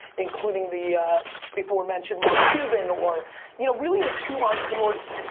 including the before-mentioned mark cuban, or you know, really the two entrepreneurs,